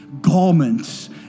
garments